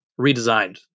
redesigned